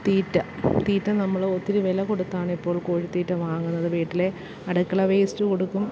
തീറ്റ തീറ്റ നമ്മള് ഒത്തിരി വില കൊടുത്താണിപ്പോൾ കോഴിത്തീറ്റ വാങ്ങുന്നത് വീട്ടിലെ അടുക്കള വേസ്റ്റ് കൊടുക്കും